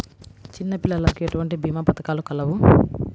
చిన్నపిల్లలకు ఎటువంటి భీమా పథకాలు కలవు?